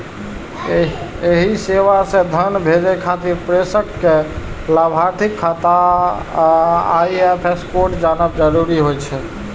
एहि सेवा सं धन भेजै खातिर प्रेषक कें लाभार्थीक खाता आ आई.एफ.एस कोड जानब जरूरी होइ छै